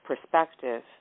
perspective